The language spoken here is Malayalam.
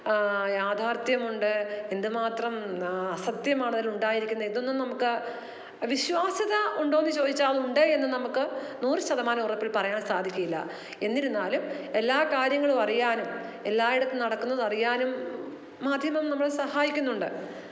യാഥാർഥ്യമുണ്ട് എന്തുമാത്രം അസത്യമാണതിൽ ഉണ്ടായിരിക്കുന്നത് ഇതൊന്നും നമുക്ക് വിശ്വാസത ഉണ്ടോന്ന് ചോദിച്ചാൽ ഉണ്ട് എന്ന് നമുക്ക് നൂറുശതമാനം ഉറപ്പിൽ പറയാൻ സാധിക്കില്ല എന്നിരുന്നാലും എല്ലാ കാര്യങ്ങളും അറിയാനും എല്ലായിടത്ത് നടക്കുന്നത് അറിയാനും മാധ്യമം നമ്മളെ സഹായിക്കുന്നുണ്ട്